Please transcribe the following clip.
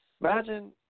Imagine